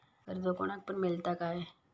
कर्ज कोणाक पण मेलता काय?